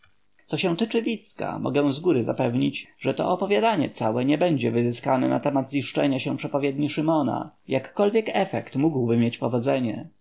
co się tyczy wicka mogę z góry zapewnić że to opowiadanie całe nie będzie wyzyskane na temat ziszczenia się przepowiedni szymona jakkolwiek efekt mógłby mieć powodzenie